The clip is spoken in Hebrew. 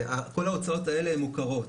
כל ההוצאות האלה הן מוכרות.